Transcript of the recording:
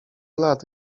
lat